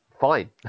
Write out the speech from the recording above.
Fine